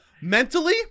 mentally